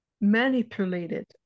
manipulated